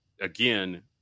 again